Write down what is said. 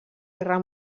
guerra